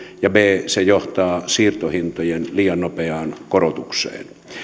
ja b johtaa siirtohintojen liian nopeaan korotukseen